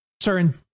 Sir